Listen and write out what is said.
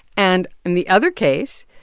and, in the other case,